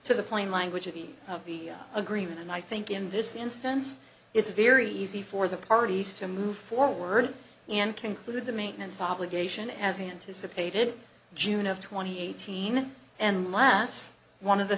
to the plain language of the of the agreement and i think in this instance it's very easy for the parties to move forward and conclude the maintenance obligation as anticipated june of twenty eighteen and last one of the